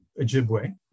Ojibwe